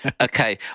Okay